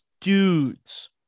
dudes